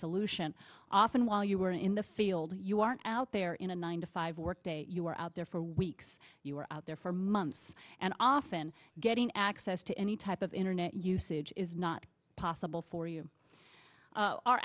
solution often while you are in the field you aren't out there in a nine to five workday you are out there for weeks you are out there for months and often getting access to any type of internet usage is not possible for you